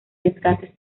desgaste